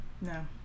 No